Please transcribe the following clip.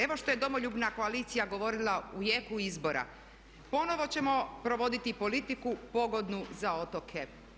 Evo što je Domoljubna koalicija govorila u jeku izbora: "Ponovo ćemo provoditi politiku pogodnu za otoke.